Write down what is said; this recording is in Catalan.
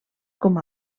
com